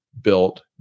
built